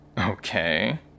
Okay